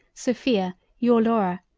sophia, your laura,